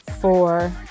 four